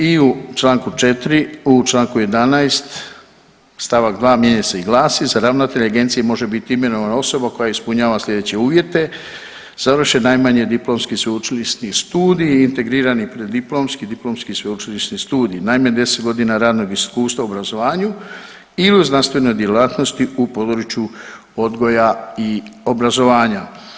I u čl. 4., u čl. 11. st. 2. mijenja se i glasi, za ravnatelja agencije može biti imenovana osoba koja ispunjava slijedeće uvjete, završen najmanje diplomski sveučilišni studij, integrirani diplomski, diplomski sveučilišni studij, naime 10.g. radnog iskustva u obrazovanju i u znanstvenoj djelatnosti u području odgoja i obrazovanja.